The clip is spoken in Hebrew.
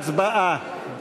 הצבעה.